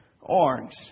orange